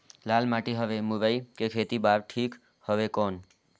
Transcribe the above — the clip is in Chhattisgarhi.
लाल माटी हवे मुरई के खेती बार ठीक हवे कौन?